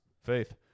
Faith